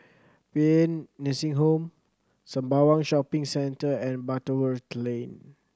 Paean Nursing Home Sembawang Shopping Centre and Butterworth Lane